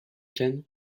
cannes